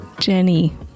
Jenny